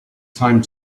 time